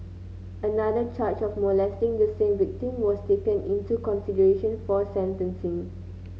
another charge of molesting the same victim was taken into consideration for sentencing